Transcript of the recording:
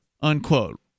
unquote